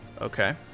Okay